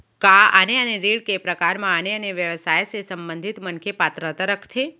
का आने आने ऋण के प्रकार म आने आने व्यवसाय से संबंधित मनखे पात्रता रखथे?